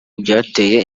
byateye